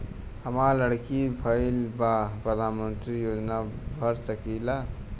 हमार लड़की भईल बा प्रधानमंत्री योजना भर सकीला?